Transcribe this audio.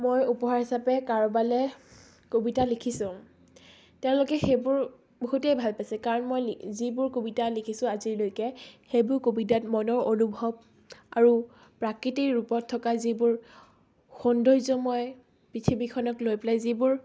মই উপহাৰ হিচাপে কাৰোবালৈ কবিতা লিখিছোঁ তেওঁলোকে সেইবোৰ বহুতেই ভাল পাইছে কাৰণ মই লি যিবোৰ কবিতা লিখিছোঁ আজিলৈকে সেইবোৰ কবিতাত মনৰ অনুভৱ আৰু প্ৰকৃতিৰ ৰূপত থকা যিবোৰ সৌন্দৰ্যময় পৃথিৱীখনক লৈ পেলাই যিবোৰ